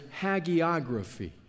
hagiography